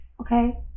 okay